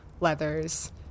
leathers